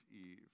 Eve